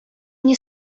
nie